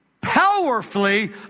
powerfully